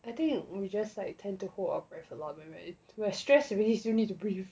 I think we just like tend to hold our breath a lot when we are we are stressed already still need to breathe